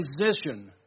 transition